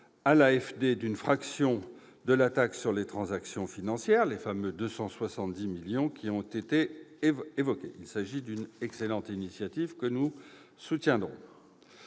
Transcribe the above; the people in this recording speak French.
d'une fraction de la taxe sur les transactions financières- les fameux 270 millions d'euros. Il s'agit d'une excellente initiative que nous soutiendrons.